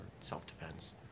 self-defense